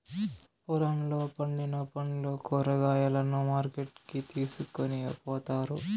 పొలంలో పండిన పండ్లు, కూరగాయలను మార్కెట్ కి తీసుకొని పోతారు